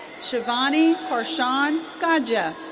shivani karshan gadhia.